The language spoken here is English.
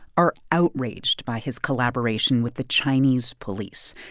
are outraged by his collaboration with the chinese police.